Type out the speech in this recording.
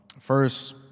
first